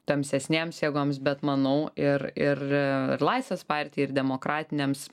tamsesnėms jėgoms bet manau ir ir ir laisvės partijai ir demokratinėms